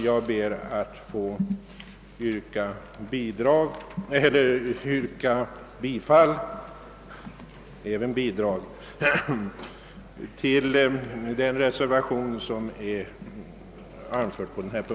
Jag ber att få yrka bifall till den vid denna punkt fogade reservationen 4.